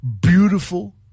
beautiful